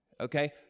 Okay